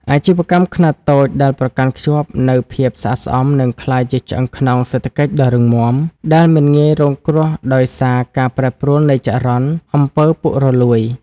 អាជីវកម្មខ្នាតតូចដែលប្រកាន់ខ្ជាប់នូវភាពស្អាតស្អំ នឹងក្លាយជាឆ្អឹងខ្នងសេដ្ឋកិច្ចដ៏រឹងមាំ ដែលមិនងាយរងគ្រោះដោយសារការប្រែប្រួលនៃចរន្ត អំពើពុករលួយ។